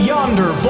Yonder